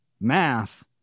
math